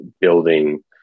building